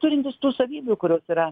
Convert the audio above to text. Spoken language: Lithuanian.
turintis tų savybių kurios yra